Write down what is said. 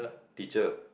teacher